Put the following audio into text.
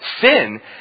sin